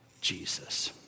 Jesus